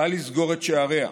קל לסגור את שעריה.